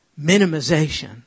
minimization